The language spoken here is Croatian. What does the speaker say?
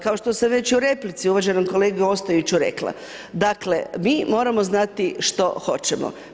Kao što sam već i u replici uvaženom kolegi Ostojiću rekla, dakle mi moramo znati što hoćemo.